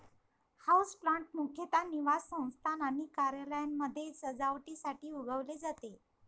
houseplant मुख्यतः निवासस्थान आणि कार्यालयांमध्ये सजावटीसाठी उगवले जाते